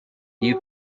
you